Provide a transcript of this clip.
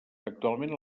actualment